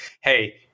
Hey